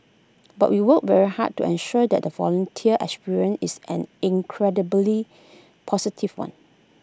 but we work very hard to ensure that the volunteer experience is an incredibly positive one